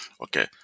Okay